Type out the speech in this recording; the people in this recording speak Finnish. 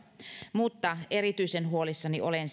erityisen huolissani olen